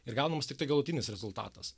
ir gaunamas tiktai galutinis rezultatas